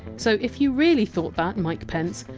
so if you really thought that, mike pence,